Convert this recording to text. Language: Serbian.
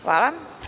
Hvala.